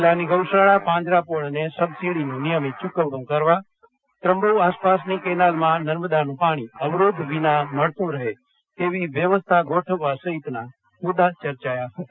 જિલ્લાની ગૌશાળા પાંજરાપોળને સબસીડીનું નિયમીત ચુકવણું કરવા ત્રંબો આસપાસની કેનાલમાં નર્મદાનું પાણી અવરોધ વિના મળતું રહે તેવી વ્યવસ્થા ગોઠવવા સહિતના મુદા ચર્ચાયા હતા